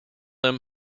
him